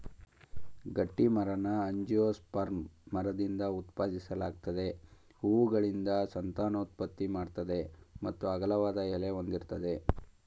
ಗಟ್ಟಿಮರನ angiosperm ಮರದಿಂದ ಉತ್ಪಾದಿಸಲಾಗ್ತದೆ ಹೂವುಗಳಿಂದ ಸಂತಾನೋತ್ಪತ್ತಿ ಮಾಡ್ತದೆ ಮತ್ತು ಅಗಲವಾದ ಎಲೆ ಹೊಂದಿರ್ತದೆ